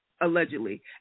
allegedly